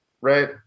right